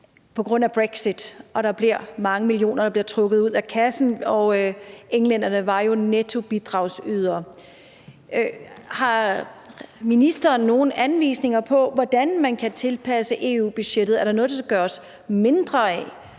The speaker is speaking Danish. på grund af brexit, og at der er mange millioner, der bliver trukket ud af kassen. Englænderne var jo nettobidragsydere. Har ministeren nogen anvisninger på, hvordan man kan tilpasse EU-budgettet? Er der noget, der skal gøres mindre af,